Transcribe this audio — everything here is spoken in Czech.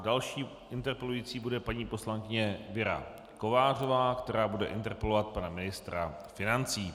Další interpelující bude paní poslankyně Věra Kovářová, která bude interpelovat pana ministra financí.